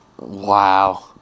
Wow